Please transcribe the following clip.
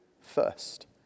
first